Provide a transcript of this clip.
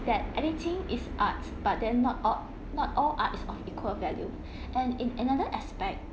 that anything is art but then not all not all art is of equal value and in another aspect let's